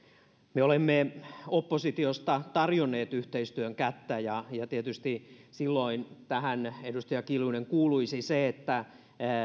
me olemme oppositiosta tarjonneet yhteistyön kättä ja ja tietysti silloin tähän edustaja kiljunen kuuluisi se että